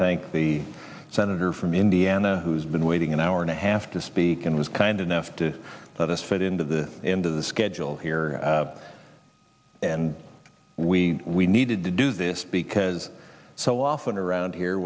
think the senator from indiana who's been waiting an hour and a half to speak and was kind enough to let us fit into the into the schedule here and we we needed to do this because so often around here